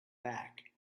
back